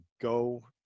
go